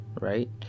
right